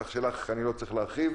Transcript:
כך שלך אני לא צריך להרחיב.